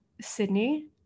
Sydney